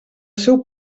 seu